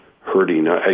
hurting